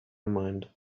mind